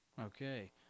okay